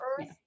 earth